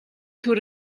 төр